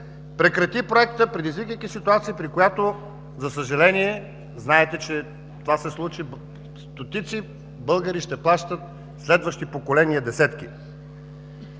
прекрати проекта, предизвиквайки ситуация, при която, за съжаление, знаете, че това се случи, стотици българи ще плащат, десетки следващи поколения.